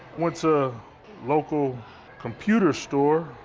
once a local computer store,